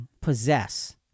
possess